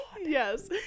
Yes